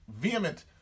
vehement